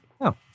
No